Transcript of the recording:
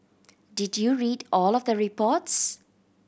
did you read all of the reports